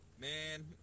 Man